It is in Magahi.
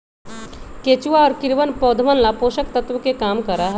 केचुआ और कीड़वन पौधवन ला पोषक तत्व के काम करा हई